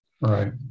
right